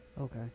okay